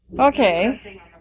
Okay